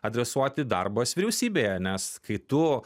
adresuoti darbas vyriausybėje nes kai tu